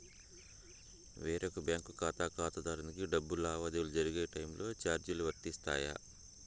వేరొక బ్యాంకు ఖాతా ఖాతాదారునికి డబ్బు లావాదేవీలు జరిగే టైములో చార్జీలు వర్తిస్తాయా?